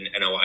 NOI